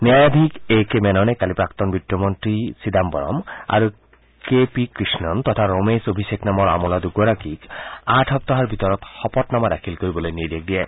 ন্যায়াধীশ A K মেননে কালি প্ৰাক্তন বিত্ত মন্ত্ৰী চিদাম্বৰম আৰু কে পি কৃষ্ণণ তথা ৰমেশ অভিষেক নামৰ আমোলা দুগৰাকীক আঠ সপ্তাহৰ ভিতৰত শপতনামা দাখিল কৰিবলৈ নিৰ্দেশ দিয়ে